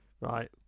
Right